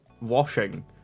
washing